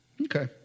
Okay